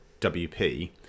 WP